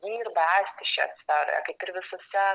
dirba esti šią sferoje kaip ir visuse